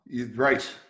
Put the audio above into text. Right